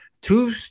two